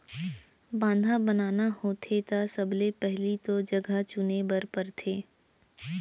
बांधा बनाना होथे त सबले पहिली तो जघा चुने बर परथे